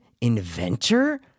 inventor